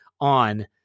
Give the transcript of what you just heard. on